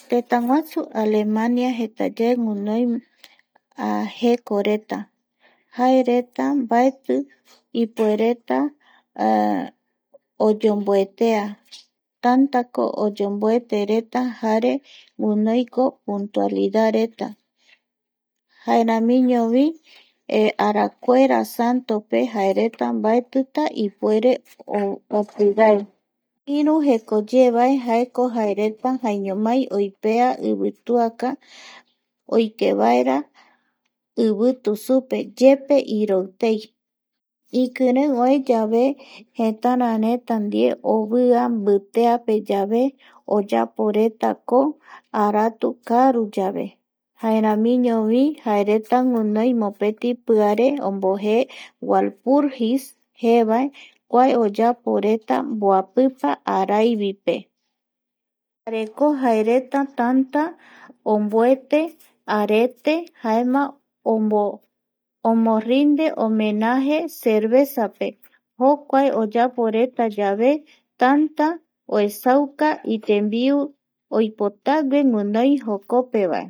Tëtäguasu Aleman jetaye guinoi jekoreta ,jareta mbaeti iouereta oyomboetea tantako oyomboetereta jare guinoiko puntualidadreta jaeramiñovi arakuera santope jaereta mbaetitaipuere opirae iru jekoyevae jaeko jaereta jaeñomaiko oipea ivituaka oikevaera ivitu supe yepe iroitei ikirei oeyave jetara reta ndie ovia mbiteapeyave oyaporetako aratu kaaruyave jaeramiñovi jaereta guinoi mopeti piaré omboje gualburjis jeevae kuae oyaporeta mboapipa araivipe jareko jaereta tanta omboete arete jaema omorinde omenaje cervezape jokuae oyaporeta yave tanta oesauka itembiu oipotague guinoi jokopevae